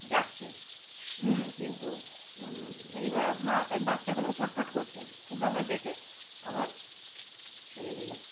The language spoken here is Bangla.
ডাকছে কিন্তু এইবার মা বাচ্চাগুলোও ছটপট করছে কিন্তু আমরা দেখে আবার ছেড়ে দিলাম